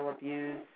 abuse